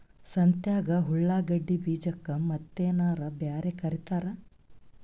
ಸಂತ್ಯಾಗ ಉಳ್ಳಾಗಡ್ಡಿ ಬೀಜಕ್ಕ ಮತ್ತೇನರ ಬ್ಯಾರೆ ಕರಿತಾರ?